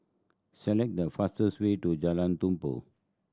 select the fastest way to Jalan Tumpu